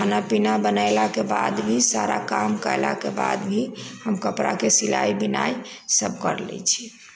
खाना पीना बनओलाके बाद भी सारा काम कयलाके बाद भी हम कपड़ाके सिलाइ बिनाइ सभ करि लैत छी